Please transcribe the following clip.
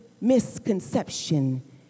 misconception